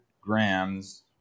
grams